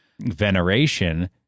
veneration